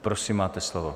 Prosím máte slovo.